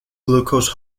glucose